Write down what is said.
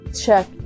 check